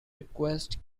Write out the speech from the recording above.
request